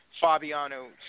Fabiano